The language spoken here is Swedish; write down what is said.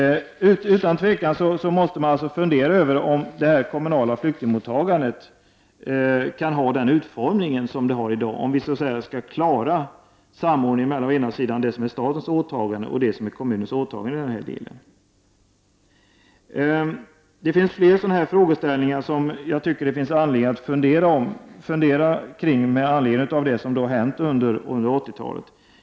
Utan tvivel måste man fundera över om det kommunala flyktingmottagandet kan ha den utformning det har i dag om vi skall klara samordningen mellan det som är statens åtagande och det som är kommunens åtagande i den här delen. Det finns flera frågeställningar som det enligt min uppfattning finns skäl att fundera kring med anledning av det som har hänt under 80-talet.